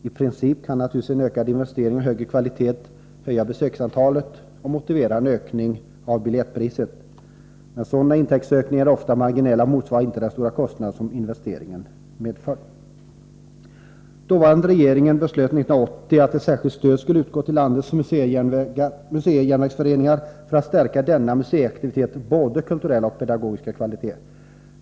I princip kan naturligtvis en ökad investering och högre kvalitet höja besöksantalet och motivera en ökning av biljettpriset. Men sådana intäktsökningar är ofta marginella och motsvarar inte den stora kostnad som investeringen medfört. Den dåvarande regeringen beslöt 1980 att ett särskilt stöd skulle utgå till landets museijärnvägsföreningar för att stärka denna museiaktivitets både kulturella och pedagogiska kvalitet.